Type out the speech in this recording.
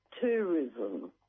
tourism